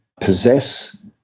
possess